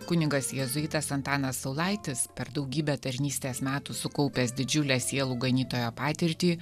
kunigas jėzuitas antanas saulaitis per daugybę tarnystės metų sukaupęs didžiulę sielų ganytojo patirtį